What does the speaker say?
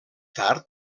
tard